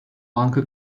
banka